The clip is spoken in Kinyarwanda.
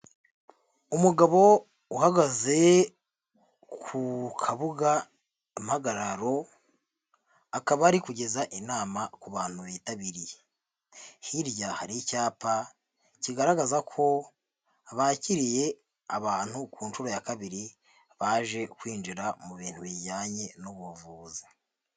Umugabo uhagaze ku kabuga impagararo, akaba ari kugeza inama ku bantu bitabiriye. Hirya hari icyapa kigaragaza ko bakiriye abantu ku nshuro ya kabiri, baje kwinjira mu bintu bijyanye n'ubuvuzi.